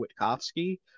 Witkowski